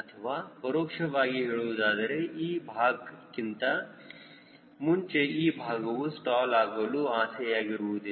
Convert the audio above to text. ಅಥವಾ ಪರೋಕ್ಷವಾಗಿ ಹೇಳುವುದಾದರೆ ಈ ಭಾಗ ಕ್ಕಿಂತ ಮುಂಚೆ ಈ ಭಾಗವು ಸ್ಟಾಲ್ ಆಗಲು ಆಸೆಯಿರುವುದಿಲ್ಲ